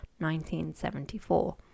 1974